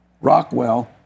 Rockwell